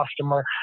customer